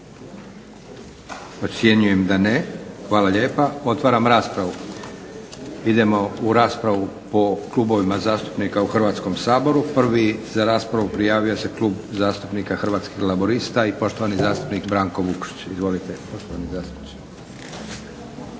Ocjenjujem da ne. Hvala lijepa. Otvaram raspravu. Idemo u raspravu po klubovima zastupnika u Hrvatskom saboru. Prvi za raspravu prijavio se Klub zastupnika Hrvatskih laburista i poštovani zastupnik Branko Vukšić. Izvolite poštovani zastupniče.